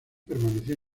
permaneció